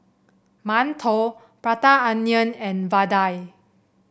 mantou Prata Onion and vadai